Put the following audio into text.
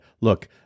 Look